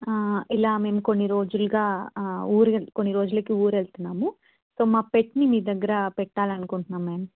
ఇలా మేము కొన్ని రోజులుగా కొన్ని రోజులకి ఊరు వెళ్తున్నాము సో మా పెట్ని మీ దగ్గర పెట్టాలి అనుకుంటున్నాం మ్యామ్